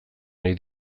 nahi